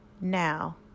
Now